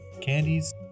candies